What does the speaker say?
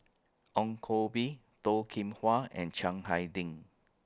Ong Koh Bee Toh Kim Hwa and Chiang Hai Ding